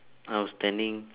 I was standing